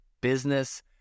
business